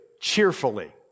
cheerfully